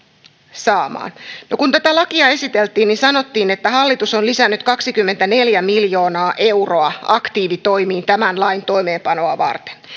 saamaan kun tätä lakia esiteltiin sanottiin että hallitus on lisännyt kaksikymmentäneljä miljoonaa euroa aktiivitoimiin tämän lain toimeenpanoa varten